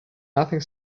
nothing